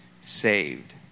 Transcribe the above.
saved